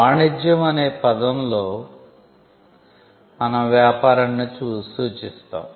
వాణిజ్యం అనే పదంతో మనం 'వ్యాపారాన్ని' సూచిస్తాము